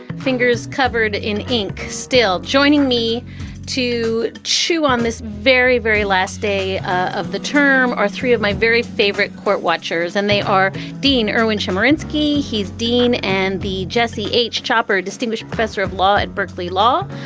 fingers covered in ink still. joining me to chew on this very, very last day of the term are three of my very favorite court watchers. and they are dean erwin chemerinsky. he's dean and the jesse h. chopper, distinguished professor of law at berkeley law.